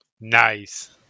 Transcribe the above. Nice